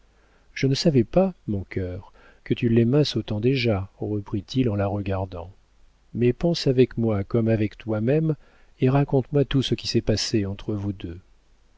je ne savais pas mon cœur que tu l'aimasses autant déjà reprit-il en la regardant mais pense avec moi comme avec toi-même et raconte-moi tout ce qui s'est passé entre vous deux